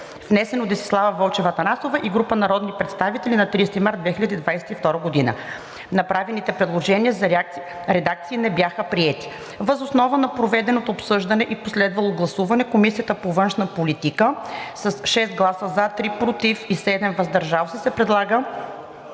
внесен от Десислава Вълчева Атанасова и група народни представители на 30 март 2022 г. Направените предложения за редакции не бяха приети. Въз основа на проведеното обсъждане и последвалото гласуване Комисията по външна политика: 1. с 6 гласа „за“, 3 гласа „против“ и 7 гласа „въздържал се“ предлага